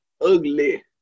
ugly